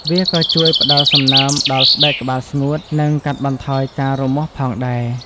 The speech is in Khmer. វាក៏ជួយផ្ដល់សំណើមដល់ស្បែកក្បាលស្ងួត និងកាត់បន្ថយការរមាស់ផងដែរ។